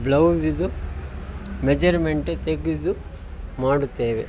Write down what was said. ಬ್ಲೌಸಿಂದು ಮೆಜರ್ಮೆಂಟೆ ತೆಗೆದು ಮಾಡುತ್ತೇವೆ